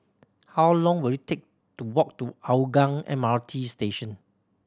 how long will it take to walk to Hougang M R T Station